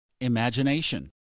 imagination